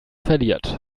verliert